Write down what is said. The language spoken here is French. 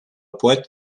poète